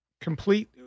complete